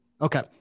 Okay